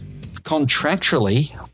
contractually